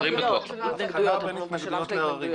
אנחנו עוד בשלב של ההתנגדויות.